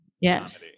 Yes